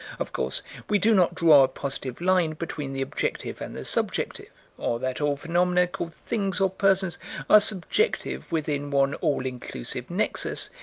of course we do not draw a positive line between the objective and the subjective or that all phenomena called things or persons are subjective within one all-inclusive nexus,